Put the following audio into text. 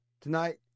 tonight